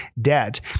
debt